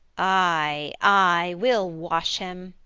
ay, ay, we'll wash him.